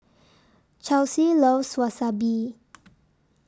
Chelsea loves Wasabi